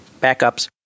backups